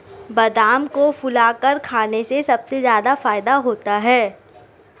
बादाम को फुलाकर खाने से सबसे ज्यादा फ़ायदा होता है